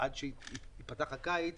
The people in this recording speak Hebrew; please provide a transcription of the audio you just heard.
עד שייפתח הקיץ